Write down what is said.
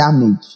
damage